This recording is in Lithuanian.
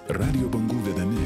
radijo bangų vedami